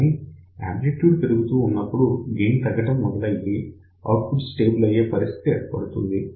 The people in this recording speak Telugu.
కానీ యాంప్లిట్యూడ్ పెరుగుతూ ఉన్నప్పుడు గెయిన్ తగ్గటం మొదలయి ఔట్పుట్ స్టేబుల్ అయ్యే పరిస్థితి ఏర్పడుతుంది